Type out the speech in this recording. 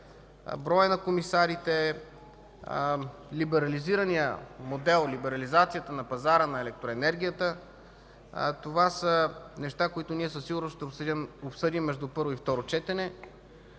броя на комисарите. Либерализираният модел, либерализацията на пазара на електроенергията са неща, които със сигурност ще обсъдим между първо и второ четене.